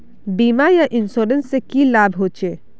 बीमा या इंश्योरेंस से की लाभ होचे?